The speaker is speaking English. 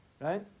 Right